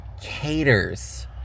caters